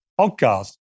podcast